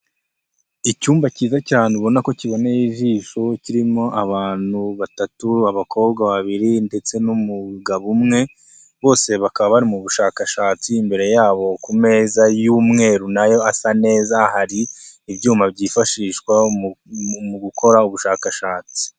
Icyumba cyiza cyane ubona ko kiboneye ijisho, kirimo abantu batatu, abakobwa babiri ndetse n'umugabo umwe, bose bakaba bari mu bushakashatsi, imbere yabo ku meza y'umweru na yo asa neza hari ibyuma byifashishwa mu gukora ubushakashatsi.